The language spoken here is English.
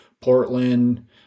Portland